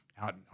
out